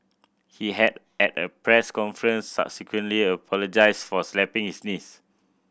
he had at a press conference subsequently apologised for slapping his niece